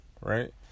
right